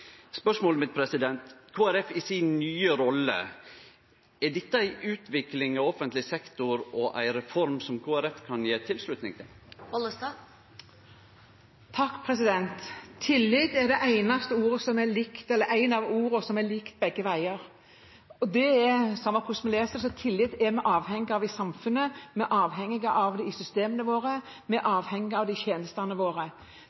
Spørsmålet mitt er: Med tanke på Kristeleg Folkeparti i si nye rolle, er dette ei utvikling av offentleg sektor og ei reform som Kristeleg Folkeparti kan gje tilslutning til? Tillit er et av ordene som er likt begge veier, samme hvordan vi leser det. Tillit er vi avhengig av i samfunnet, vi er avhengig av det i systemene våre, og vi er avhengig av det i tjenestene våre